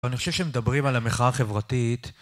ואני חושב שהם מדברים על המחאה החברתית.